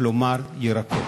כלומר ירקות.